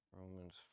Romans